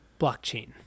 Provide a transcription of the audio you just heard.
blockchain